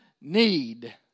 need